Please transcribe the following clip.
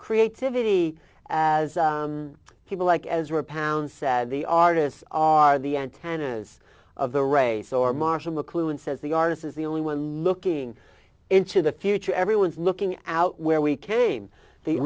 creativity as people like ezra pound said the artists are the antennas of the race or marshall mcluhan says the artist is the only one looking into the future everyone's looking out where we came the